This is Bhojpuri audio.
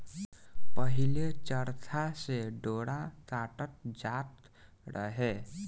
पहिले चरखा से डोरा काटल जात रहे